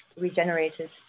regenerated